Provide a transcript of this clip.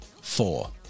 four